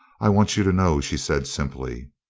i want you to know, she said simply.